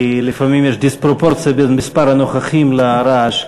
כי לפעמים יש דיספרופורציה בין מספר הנוכחים לרעש,